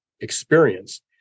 experience